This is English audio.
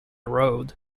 road